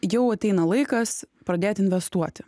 jau ateina laikas pradėt investuoti